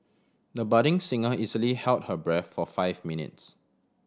the budding singer easily held her breath for five minutes